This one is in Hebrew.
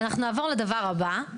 אוקיי, אנחנו נעבור לדבר הבא.